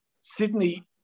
Sydney